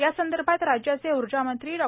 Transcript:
यासंदर्भात राज्याचे ऊर्जामंत्री डॉ